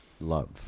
love